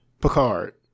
Picard